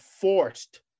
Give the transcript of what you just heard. forced